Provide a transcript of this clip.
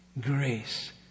grace